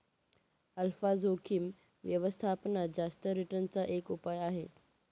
alpha जोखिम व्यवस्थापनात जास्त रिटर्न चा एक उपाय आहे